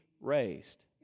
raised